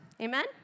Amen